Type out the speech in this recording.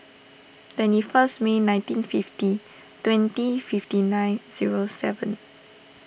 twenty first May nineteen fifty twenty fifty nine zero seven